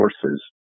sources